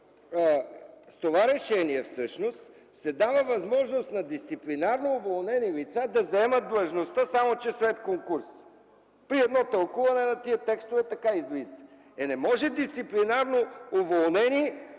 с това решение се дава възможност на дисциплинарно уволнени лица да заемат длъжността, само че след конкурс. При едно тълкуване на тези текстове така излиза. Не може с дисциплинарно уволнение